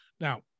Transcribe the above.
Now